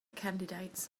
candidates